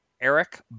Eric